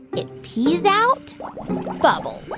it pees out but